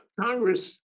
Congress